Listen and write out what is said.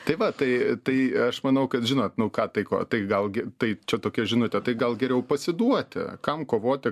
tai va tai tai aš manau kad žinot nu ką tai ko tai gal gi tai čia tokia žinote tai gal geriau pasiduoti kam kovoti